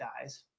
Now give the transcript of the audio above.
dies